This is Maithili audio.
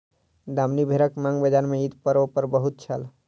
दामनी भेड़क मांग बजार में ईद पर्व पर बहुत छल